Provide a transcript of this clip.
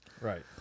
Right